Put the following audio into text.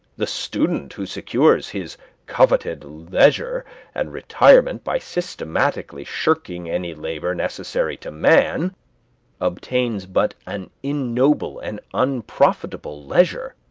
the student who secures his coveted leisure and retirement by systematically shirking any labor necessary to man obtains but an ignoble and unprofitable leisure,